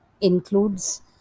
includes